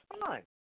fine